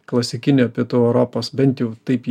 klasikinio pietų europos bent jau taip